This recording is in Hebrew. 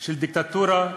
של דיקטטורה,